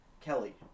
Kelly